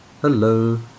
Hello